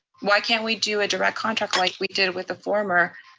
why can't we do a direct contract like we did with the former